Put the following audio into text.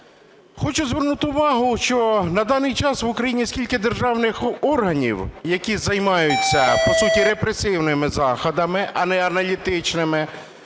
Хочу звернути увагу, що на даний час в Україні стільки державних органів, які займаються по суті репресивними заходами, а не аналітичними,